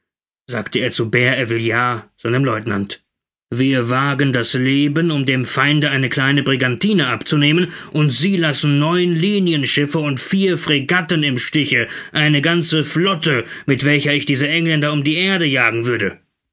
sagte er zu bert ervillard seinem lieutenant wir wagen das leben um dem feinde eine kleine brigantine abzunehmen und sie lassen neun linienschiffe und vier fregatten im stiche eine ganze flotte mit welcher ich diese engländer um die erde jagen würde